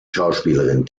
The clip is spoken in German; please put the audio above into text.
schauspielerin